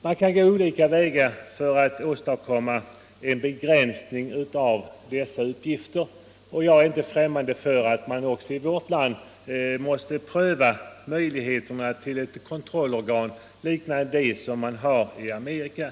Man kan gå olika vägar för att åstadkomma en begränsning av dessa uppgifter, och jag är inte främmande för att vi också i vårt land måste pröva möjligheterna med ett kontrollorgan liknande det som finns i Amerika.